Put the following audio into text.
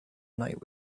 night